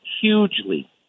hugely